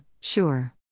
sure